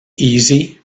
easy